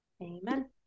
Amen